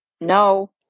no